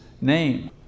name